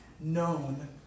known